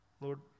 Lord